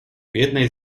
jednej